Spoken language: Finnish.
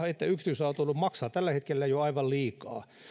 että yksityisautoilu maksaa jo tällä hetkellä aivan liikaa